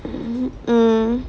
mm